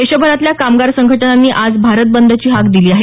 देशभरातल्या कामगार संघटनांनी आज भारत बंदची हाक दिली आहे